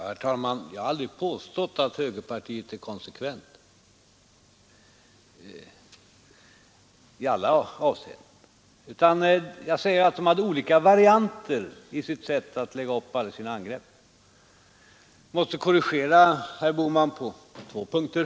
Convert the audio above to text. Herr talman! Jag har aldrig påstått att högerpartiet har varit konsekvent i alla avseenden. Jag har sagt att man hade olika varianter i sitt sätt att lägga upp sina angrepp. Jag måste korrigera herr Bohman på två punkter.